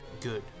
Good